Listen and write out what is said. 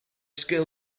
scale